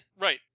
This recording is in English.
right